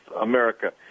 America